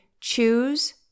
Choose